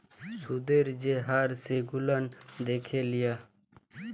সুদের যে হার সেগুলান দ্যাখে লিয়া